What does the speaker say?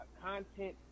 content